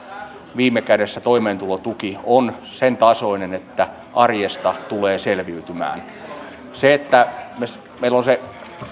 viime kädessä toimeentulotuki on sen tasoinen että arjesta tulee selviytymään meillä on